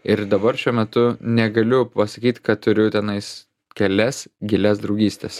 ir dabar šiuo metu negaliu pasakyt kad turiu tenais kelias gilias draugystes